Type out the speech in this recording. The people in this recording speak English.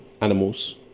animals